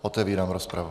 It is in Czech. Otevírám rozpravu.